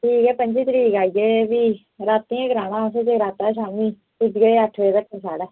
ठीक ऐ पंजी तरीक आई आएओ फ्ही रातीं गै कराना आसें जगराता शामीं पुज्जी आएओ अट्ठ बजे तक्कर साढ़ै